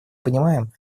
понимаем